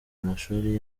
mashuri